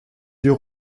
yeux